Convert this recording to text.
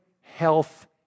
health